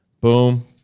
Boom